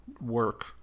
work